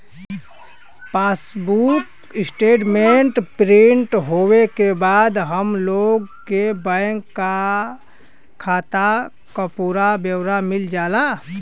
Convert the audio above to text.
passbook statement print होये के बाद हम लोग के बैंक खाता क पूरा ब्यौरा मिल जाला